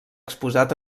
exposat